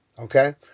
Okay